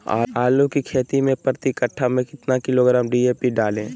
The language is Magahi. आलू की खेती मे प्रति कट्ठा में कितना किलोग्राम डी.ए.पी डाले?